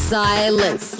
silence